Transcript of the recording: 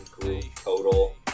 total